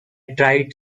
tried